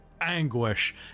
anguish